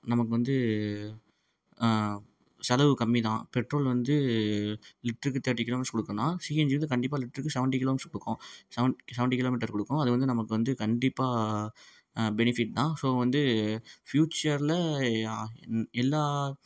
நமக்கு வந்து செலவு கம்மி தான் பெட்ரோல் வந்து லிட்ருக்கு தேர்ட்டி கிலோ மீட்டர்ஸ் கொடுக்குன்னா சிஎன்ஜி வந்து கண்டிப்பாக லிட்ருக்கு செவன்ட்டி கிலோ மீட்டர்ஸ் கொடுக்கும் செவன்ட்டி செவன்ட்டி கிலோ மீட்டர் கொடுக்கும் அது வந்து நமக்கு வந்து கண்டிப்பாக பெனிஃபிட் தான் ஸோ வந்து ஃப்யூச்சரில் எல்லா